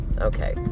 okay